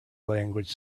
language